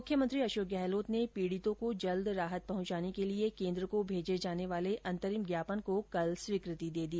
मुख्यमंत्री अशोक गहलोत ने पीड़ितों को जल्द राहत पहुंचाने के लिये केन्द्र को भेजे जाने वाले अंतरिम ज्ञापन को कल स्वीकृति दे दी